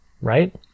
right